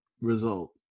result